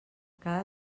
cada